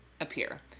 appear